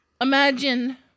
Imagine